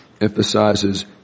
emphasizes